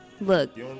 Look